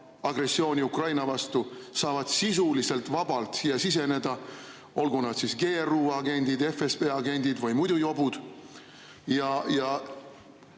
agressiooni Ukraina vastu, saavad sisuliselt vabalt siia siseneda, olgu nad GRU agendid, FSB agendid või muidu jobud.